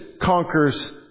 conquers